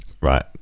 right